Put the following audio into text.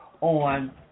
on